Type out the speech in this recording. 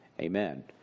Amen